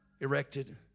erected